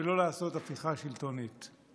ולא לעשות הפיכה שלטונית.